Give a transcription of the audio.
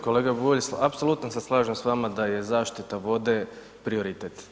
Kolega Bulj, apsolutno se slažem s vama da je zaštita vode prioritet.